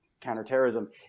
counterterrorism